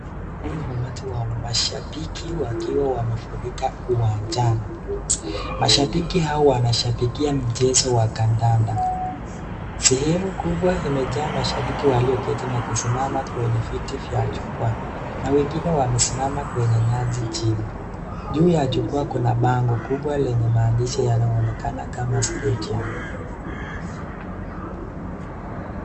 Huu ni umati wa wa mashamiki wakiwa wamefurika uwanjani, Mashabiki hao wanashabikia mbira mchezo wa kandanda sehemu kubwa imejaa na washabiki walioketi na kusimama juu ya viti vya jukua, na wengine wamesimama kwenye nyasi chini, juu ya jukua kuna bango kubwa maandishi yanayoonekana kama skechi.